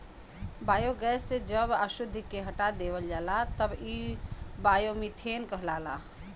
biogas से जब अशुद्धि के हटा देवल जाला तब इ बायोमीथेन कहलाला